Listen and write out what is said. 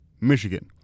Michigan